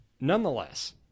nonetheless